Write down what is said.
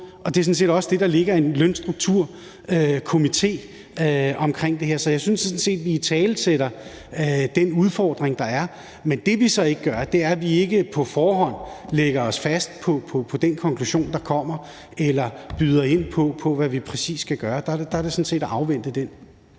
på. Det er sådan set også det, der ligger i en lønstrukturkomité omkring det her. Så jeg synes sådan set, at vi italesætter den udfordring, der er. Men det, vi så ikke gør, er, at vi ikke på forhånd lægger os fast på den konklusion, der kommer, eller byder ind på, hvad vi præcis skal gøre. Der er det sådan set at afvente den.